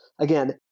Again